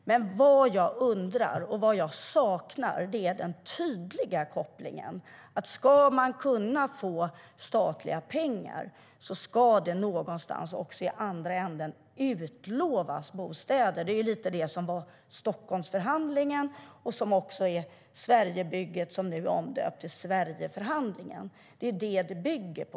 Men vad jag saknar är den tydliga kopplingen: Ska man kunna få statliga pengar ska det också någonstans i andra änden utlovas bostäder. Det är det som var Stockholmsförhandlingen och som också är Sverigebygget, som nu är omdöpt till Sverigeförhandlingen. Det är det som det bygger på.